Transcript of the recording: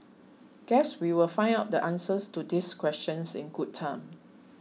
guess we will find out the answers to these questions in good time